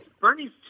Bernie's